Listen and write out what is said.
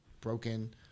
broken